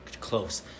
close